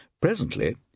Presently